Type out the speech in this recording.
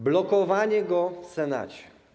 Blokowanie go w Senacie.